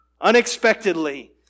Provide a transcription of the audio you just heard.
unexpectedly